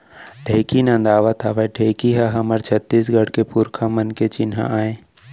ढेंकी नदावत हावय ढेंकी ह हमर छत्तीसगढ़ के पुरखा मन के चिन्हा आय